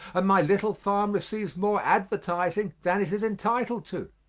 and my little farm receives more advertising than it is entitled to.